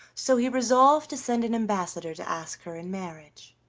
so he resolved to send an ambassador to ask her in marriage.